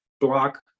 block